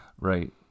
Right